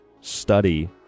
study